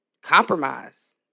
compromise